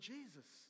Jesus